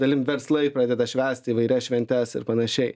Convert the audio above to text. dalim verslai pradeda švęsti įvairias šventes ir panašiai